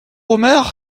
omer